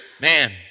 Man